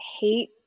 hate